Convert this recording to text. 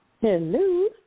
Hello